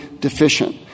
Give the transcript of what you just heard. deficient